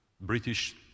British